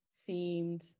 seemed